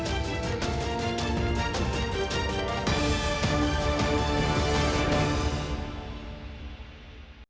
Дякую,